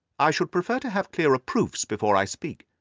i should prefer to have clearer proofs before i speak.